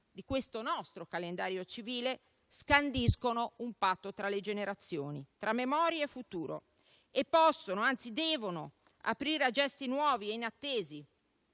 di questo nostro calendario civile scandisce un patto tra le generazioni, tra memoria e futuro, e può, anzi deve aprire a gesti nuovi e inattesi.